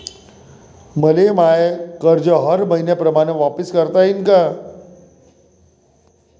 मले माय कर्ज हर मईन्याप्रमाणं वापिस करता येईन का?